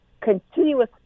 continuous